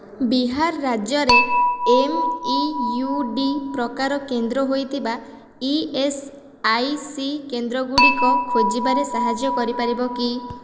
ବିହାର ରାଜ୍ୟରେ ଏମ୍ଇୟୁଡ଼ି ପ୍ରକାର କେନ୍ଦ୍ର ହୋଇଥିବା ଇଏସ୍ଆଇସି କେନ୍ଦ୍ରଗୁଡ଼ିକ ଖୋଜିବାରେ ସାହାଯ୍ୟ କରିପାରିବ କି